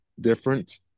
different